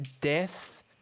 Death